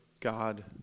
God